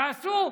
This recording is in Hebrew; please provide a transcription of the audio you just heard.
תעשו.